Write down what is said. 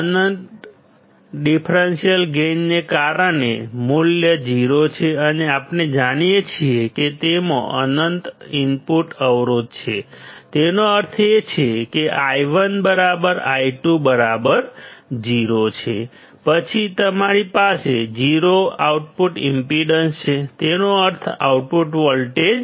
અનંત differential ગેઇનને કારણે મૂલ્ય 0 છે અને આપણે જાણીએ છીએ કે તેમાં અનંત ઇનપુટ અવરોધ છે તેનો અર્થ એ કે I1I2 0 છે પછી તમારી પાસે 0 આઉટપુટ ઈમ્પેડન્સ છે તેનો અર્થ આઉટપુટ વોલ્ટેજ છે